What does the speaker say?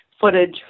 footage